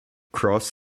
cross